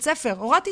בבית הספר, התפשטתי,